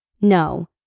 No